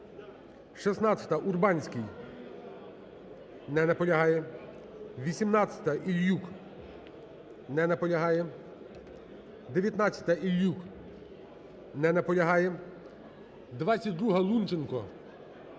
16-та, Урбанський. Не наполягає. 18-та, Ільюк. Не наполягає. 19-та, Ільюк. Не наполягає. 22-га, Лунченко. Не наполягає.